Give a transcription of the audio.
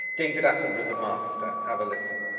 david attenborough's a master. have a listen.